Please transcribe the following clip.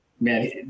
man